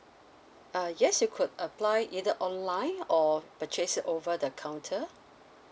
uh yes you could apply either online or purchase it over the counter